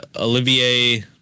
Olivier